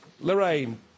Lorraine